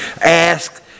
ask